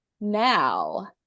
Now